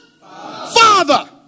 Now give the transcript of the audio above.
Father